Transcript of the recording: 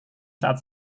saat